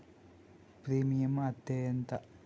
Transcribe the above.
Premium అత్తే ఎంత?